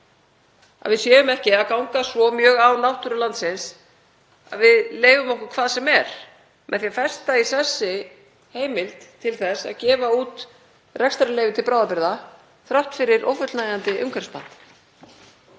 Að við séum ekki að ganga svo mjög á náttúru landsins að við leyfum okkur hvað sem er með því að festa í sessi heimild til að gefa út rekstrarleyfi til bráðabirgða þrátt fyrir ófullnægjandi umhverfismat?